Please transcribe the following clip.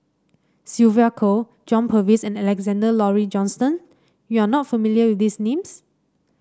Sylvia Kho John Purvis and Alexander Laurie Johnston you are not familiar with these names